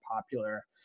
popular